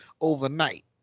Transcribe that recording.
overnight